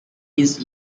his